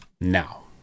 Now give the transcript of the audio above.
Now